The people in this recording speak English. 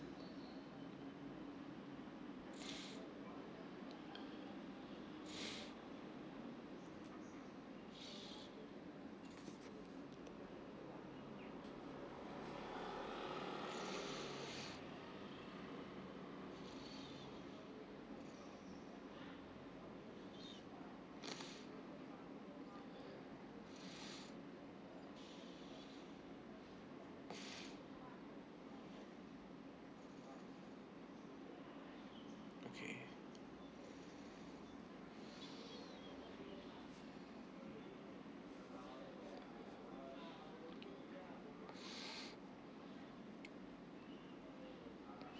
okay